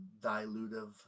dilutive